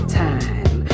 time